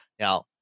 Now